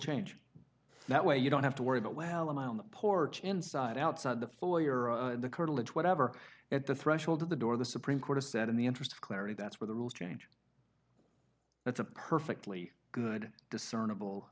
change that way you don't have to worry about while i'm on the porch inside outside the foyer and the curtilage whatever at the threshold of the door the supreme court has said in the interest of clarity that's where the rules change that's a perfectly good discernable